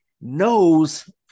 knows